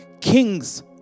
Kings